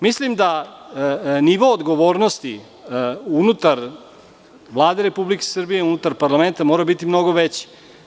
Mislim da nivo odgovornosti unutar Vlade Republike Srbije, unutar parlamenta mora biti mnogo veći.